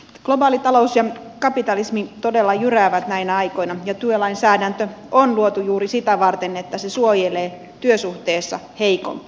globaali talous ja kapitalismi todella jyräävät näinä aikoina ja työlainsäädäntö on luotu juuri sitä varten että se suojelee työsuhteessa heikompaa